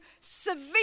severe